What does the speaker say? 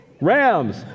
Rams